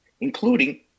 including